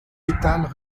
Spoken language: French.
pétales